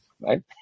right